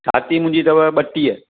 छाती मुंहिंजी अथव ॿटीह